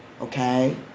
okay